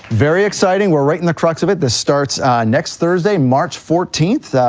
very exciting, we're right in the crux of it, this starts next thursday, march fourteenth,